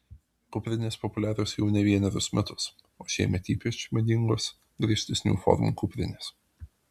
kuprinės populiarios jau ne vienerius metus o šiemet ypač madingos griežtesnių formų kuprinės